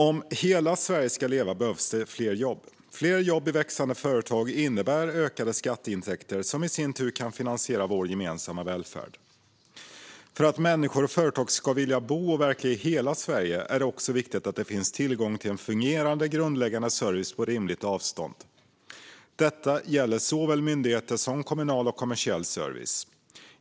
Om hela Sverige ska leva behövs det fler jobb. Fler jobb i växande företag innebär ökade skatteintäkter som i sin tur kan finansiera vår gemensamma välfärd. För att människor och företag ska vilja bo och verka i hela Sverige är det viktigt att det finns tillgång till en fungerande grundläggande service på rimligt avstånd. Detta gäller såväl myndigheter som kommunal och kommersiell service.